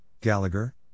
Gallagher